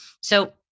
So-